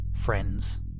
friends